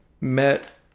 met